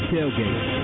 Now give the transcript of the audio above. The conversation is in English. Tailgate